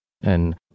And-